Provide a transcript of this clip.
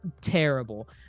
terrible